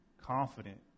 confident